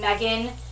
Megan